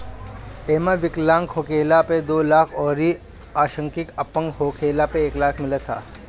एमे विकलांग होखला पे दो लाख अउरी आंशिक अपंग होखला पे एक लाख मिलत ह